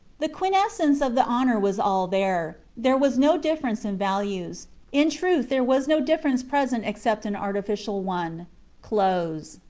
the quintessence of the honor was all there there was no difference in values in truth there was no difference present except an artificial one clothes.